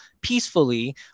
peacefully